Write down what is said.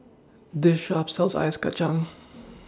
This Shop sells Ice Kacang